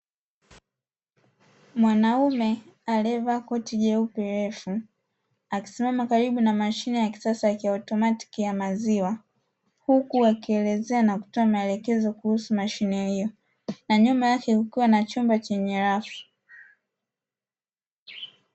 Mwanaume aliyevaa koti jeupe refu, akisimama karibu na mashine ya kisasa ya kiomatiki ya maziwa, huku akielezea na kutoa maelekezo kuhusu mashine hiyo na nyuma yake kukiwa na chumba chenye rafu.